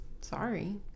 Sorry